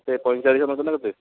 କେତେ ପଇଁଚାଳିଶ ଶହ ନେଉଛ ନା କେତେ